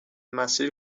مسیر